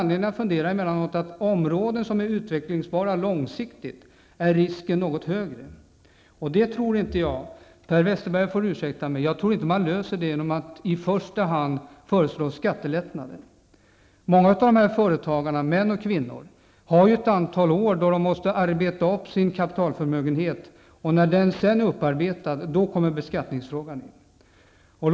Men beträffande områden som är utvecklingsbara långsiktigt kan risken vara något högre. Per Westerberg får ursäkta mig, men jag tror inte att man löser problemet genom att i första hand föreslå skattelättnader. Många av företagarna, män och kvinnor, måste ju under ett antal år arbeta upp sin kapitalförmögenhet. När upparbetningen har skett kommer beskattningsfrågan in.